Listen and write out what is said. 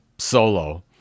Solo